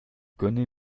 gönne